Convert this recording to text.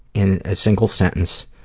in a single sentence